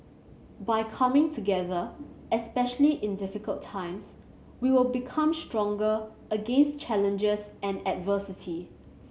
by coming together especially in difficult times we will become stronger against challenges and adversity